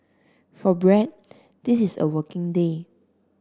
for Brad this is a working day